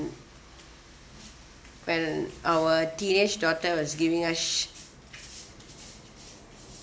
when our teenage daughter was giving us shit